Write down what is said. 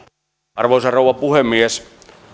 arvoisa rouva puhemies